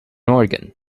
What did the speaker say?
organ